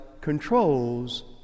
controls